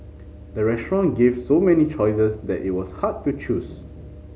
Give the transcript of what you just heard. the restaurant gave so many choices that it was hard to choose